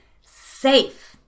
safe